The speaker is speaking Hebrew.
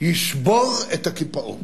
ישבור את הקיפאון.